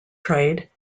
trade